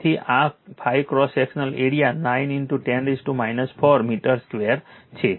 તેથી આ ∅ cross sectional area 9 10 4 metre square છે